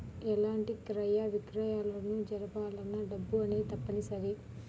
ఎలాంటి క్రయ విక్రయాలను జరపాలన్నా డబ్బు అనేది తప్పనిసరి